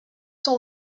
son